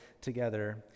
together